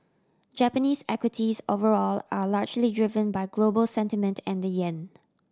Japanese equities overall are largely driven by global sentiment and the yen